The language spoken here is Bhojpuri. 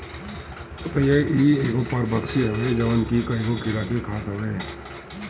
ततैया इ एगो परभक्षी हवे जवन की कईगो कीड़ा के खात हवे